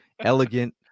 elegant